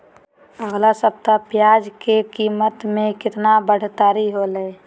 अगला सप्ताह प्याज के कीमत में कितना बढ़ोतरी होलाय?